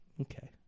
Okay